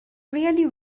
really